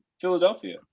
Philadelphia